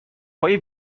پایه